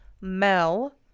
Mel